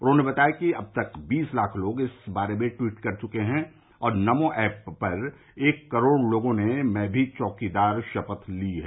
उन्होंने बताया कि अब तक बीस लाख लोग इस बारे में ट्वीट कर चुके हैं और नमो एप पर एक करोड़ लोगों ने मैं भी चौकीदार शपथ ली है